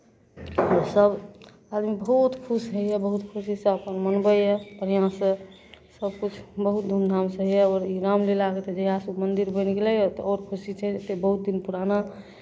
सभ आदमी बहुत खुश होइए बहुत सुविधासँ मनबैए बढ़िआँसँ सभकिछु बहुत धूमधामसँ होइए ओ रामलीला होइ छै जहियासँ ओ मन्दिर बनि गेलैए तऽ आओर खुशी छै जे बहुत ही पुराना